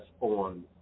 on